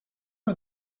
are